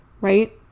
right